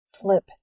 Flip